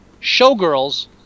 Showgirls